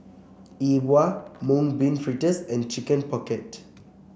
E Bua Mung Bean Fritters and Chicken Pocket